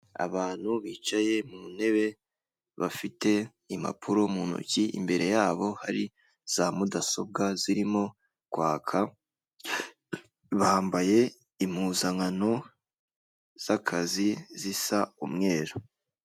Abantu bicaye mu ntebe bafite impapuro mu ntoki imbere yabo hari za mudasobwa zirimo kwaka, bambaye impuzankano z'akazi zisa umweru.